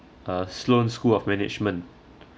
uh sloan school of management